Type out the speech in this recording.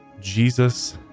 Jesus